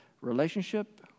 relationship